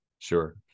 Sure